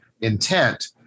intent